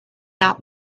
out